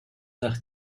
nach